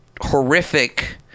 horrific